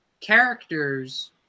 characters